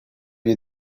you